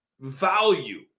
value